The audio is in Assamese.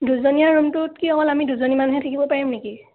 দুজনীয়া ৰূমটোত কি অকল আমি দুজনী মানুহহে থাকিব পাৰিম নেকি